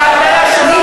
זה לא נכון.